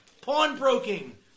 pawnbroking